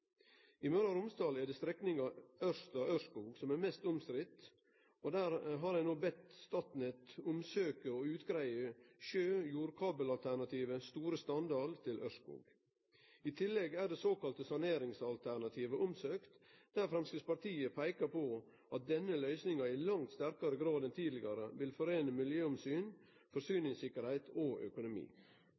I Møre og Romsdal er det strekninga Ørsta–Ørskog som er mest omstridd, og der har ein no bedt Statnett omsøkje og utgreie sjø- og jordkabelalternativet Store Standal til Ørskog. I tillegg er det såkalla saneringsalternativet omsøkt, der Framstegspartiet peikar på at denne løysinga i langt sterkare grad enn tidlegare vil foreine miljøomsyn, forsyningssikkerheit og økonomi.